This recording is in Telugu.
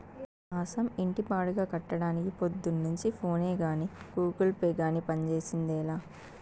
ఈ మాసం ఇంటి బాడుగ కట్టడానికి పొద్దున్నుంచి ఫోనే గానీ, గూగుల్ పే గానీ పంజేసిందేలా